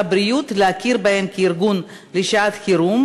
הבריאות להכיר בהם כארגון לשעת-חירום,